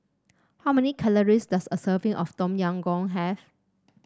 how many calories does a serving of Tom Yam Goong have